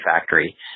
Factory